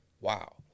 wow